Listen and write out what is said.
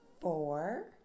four